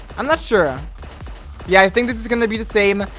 i'm not sure yeah, i think this is gonna be the same.